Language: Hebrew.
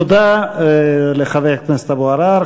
תודה לחבר הכנסת אבו עראר.